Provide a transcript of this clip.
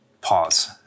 pause